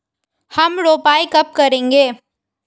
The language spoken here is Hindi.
हम रोपाई कब करेंगे?